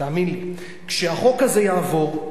תאמין לי, כשהחוק הזה יעבור,